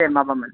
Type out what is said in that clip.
ए माबामोन